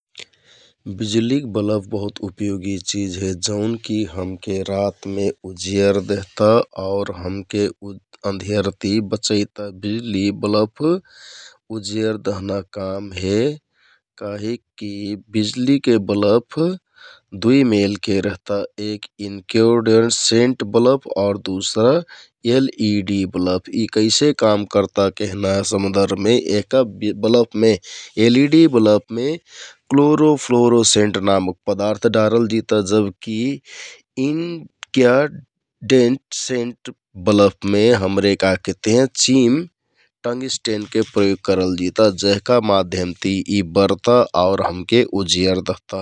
बिजुलिक बलभ बहुत उपयोगि चिझ हे जौन कि हमरे रातमे उजयर देहता आउर हमके अन्धयरति बचैता । बिजुलि बलभ उज्यर दहना काम हे । काहिककि बिजलिके बलभ दुइ मेलके रहता एक इन्क्योडेन्सेन्ट बलभ आउ दुसरा एलइडि बलभ यि कैसे काम केरता कहेना सन्दर्भमे यहका बलभमे एलइडि बलभमे क्लोरोफ्लोरोसेन्ट नामक पदार्थ डारल जिता । जब कि इन्क्या डेन्टसेन्ट बलभमे हमरे का कहतियाँ चिम टँङ्ग्स्टेन्डके प्रयोग करलजिता जेहका माध्यमति यि बरता आउर हमरे उजियर दहता ।